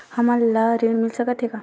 हमन ला ऋण मिल सकत हे का?